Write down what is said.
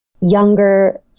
younger